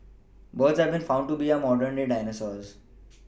birds have been found to be our modern day dinosaurs